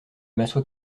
m’assois